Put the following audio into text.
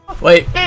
Wait